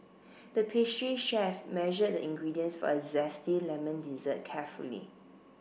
the pastry chef measured the ingredients for a zesty lemon dessert carefully